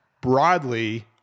Broadly